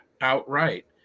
outright